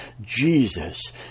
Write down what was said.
Jesus